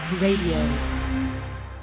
Radio